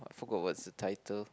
forgot what's the title